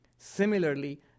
Similarly